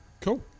Cool